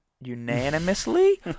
unanimously